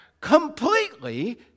completely